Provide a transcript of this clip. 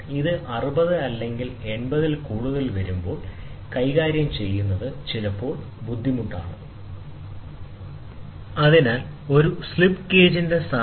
ഇത് 60 അല്ലെങ്കിൽ 80 ൽ കൂടുതൽ വരുമ്പോൾ കൈകാര്യം ചെയ്യുന്നത് ചിലപ്പോൾ ബുദ്ധിമുട്ടാണ് അതിനാൽ ഒരു സ്ലിപ്പ് ഗേജിന്റെ സ്ഥാനം